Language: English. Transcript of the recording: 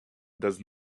does